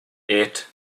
eight